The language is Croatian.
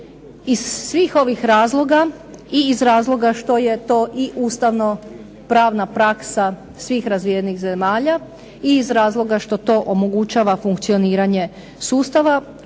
Iz svih ovih razloga i iz razloga što je to i ustavno-pravna praksa svih razvijenih zemalja i iz razloga što to omogućava funkcioniranje sustava,